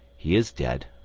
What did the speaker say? he is dead,